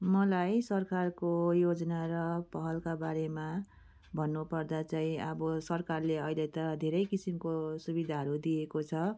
मलाई सरकारको योजना र पहलका बारेमा भन्नु पर्दा चाहिँ अब सरकारले अहिले त धेरै किसिमको सुविधाहरू दिएको छ